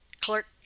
clerk